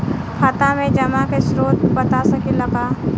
खाता में जमा के स्रोत बता सकी ला का?